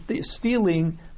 stealing